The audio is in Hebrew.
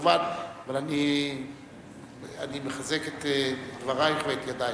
אבל אני מחזק את דברייך ואת ידייך.